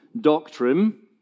doctrine